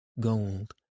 Gold